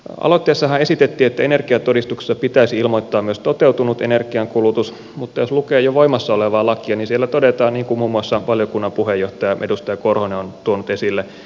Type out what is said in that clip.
aloitteessahan esitettiin että energiatodistuksessa pitäisi ilmoittaa myös toteutunut energiankulutus mutta jos lukee jo voimassa olevaa lakia niin siellä todetaan niin kuin muun muassa valiokunnan puheenjohtaja edustaja korhonen on tuonut esille